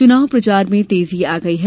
चुनाव प्रचार में भी तेजी आ गई है